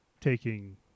taking